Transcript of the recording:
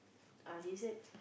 uh he said